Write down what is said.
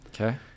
Okay